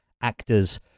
actors